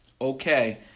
Okay